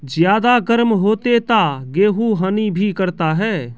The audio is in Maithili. ज्यादा गर्म होते ता गेहूँ हनी भी करता है?